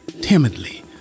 timidly